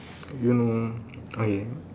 you know okay